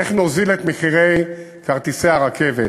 איך נוזיל את מחירי כרטיסי הרכבת.